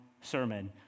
sermon